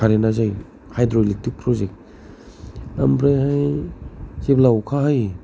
current आ जायो हायद्र' एलेकट्रिक प्रजेक्ट ओमफ्राय हाय जेब्ला अखा हायो